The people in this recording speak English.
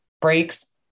breaks